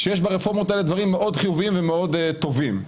שיש ברפורמות האלה דברים מאוד חיוביים ומאוד טובים.